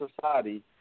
society